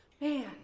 man